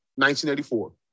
1984